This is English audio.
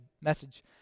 message